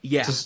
Yes